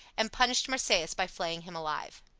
and punished marsyas by flaying him alive.